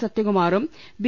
സത്യകുമാറും B